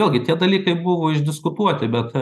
vėlgi tie dalykai buvo išdiskutuoti bet